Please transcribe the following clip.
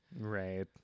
right